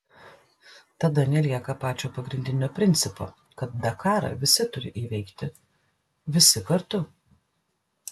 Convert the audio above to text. tada nelieka pačio pagrindinio principo kad dakarą visi turi įveikti visi kartu